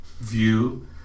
view